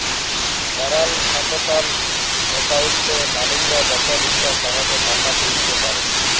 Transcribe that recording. টারালসাকশাল একাউলটে মালিকরা যখল ইছা সহজে টাকা তুইলতে পারে